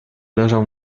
leżał